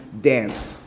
dance